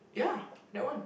ya that one